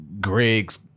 Greg's